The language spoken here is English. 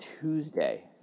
tuesday